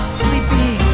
sleepy